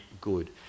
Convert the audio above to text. good